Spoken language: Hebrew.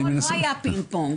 לא היה פינג-פונג.